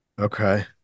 Okay